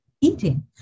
eating